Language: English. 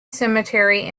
cemetery